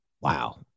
Wow